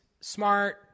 smart